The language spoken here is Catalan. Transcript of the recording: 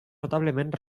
notablement